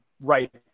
right